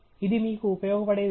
ఇది మీకు ఉపయోగపడే విషయం